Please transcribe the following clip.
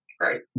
right